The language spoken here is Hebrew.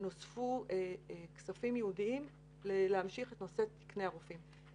נוספו כספים ייעודיים להמשיך את נושא מענקי הרופאים.